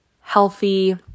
healthy